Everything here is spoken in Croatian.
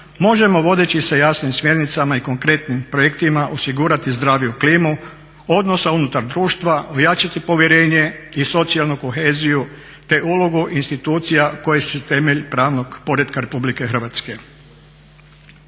možemo vodeći se jasnim smjernicama i konkretnim projektima osigurati zdraviju klimu odnosa unutar društva, ojačati povjerenje i socijalnu koheziju te ulogu institucija koje su temelj pravnog poretka RH. Ova